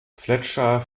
fletcher